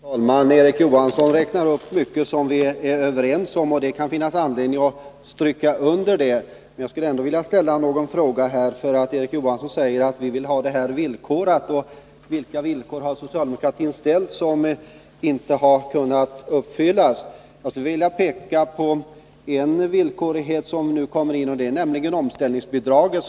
Herr talman! Erik Johansson räknar upp mycket som vi är överens om, och det kan finnas anledning att stryka under det. Men jag skulle ändå vilja ställa några frågor. Erik Johansson säger att man vill ha de här pengarna uppbundna med villkor. Vilka villkor har socialdemokratin ställt som inte har kunnat uppfyllas? Jag skulle vilja peka på en villkorad åtgärd som nu vidtas, nämligen införandet av anställningsbidraget.